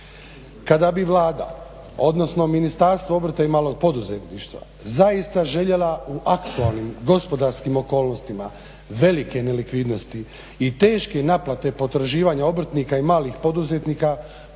Kada bi Vlada, odnosno Ministarstvo obrta i malog poduzetništva zaista željela u aktualnim gospodarskim okolnostima velike nelikvidnosti i teške naplate potraživanja obrtnika i malih poduzetnika